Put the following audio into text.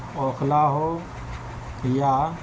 اوکھلا ہو یا